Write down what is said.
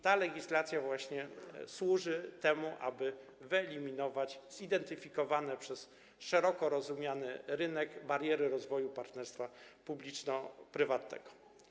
Ta legislacja właśnie służy temu, aby wyeliminować zidentyfikowane przez szeroko rozumiany rynek bariery rozwoju partnerstwa publiczno-prywatnego.